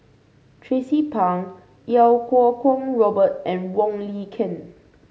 Tracie Pang Iau Kuo Kwong Robert and Wong Lin Ken